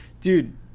dude